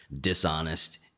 dishonest